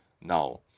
Now